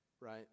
right